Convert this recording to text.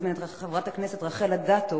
אני מזמינה את חברת הכנסת רחל אדטו